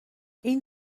این